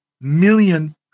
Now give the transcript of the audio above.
million